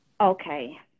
Okay